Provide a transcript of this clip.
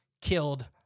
killed